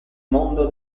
mondo